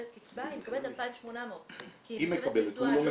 קצבה היא מקבלת 2800 כי היא נחשבת נשואה,